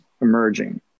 emerging